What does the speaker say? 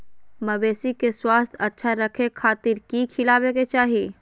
मवेसी के स्वास्थ्य अच्छा रखे खातिर की खिलावे के चाही?